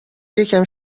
یکم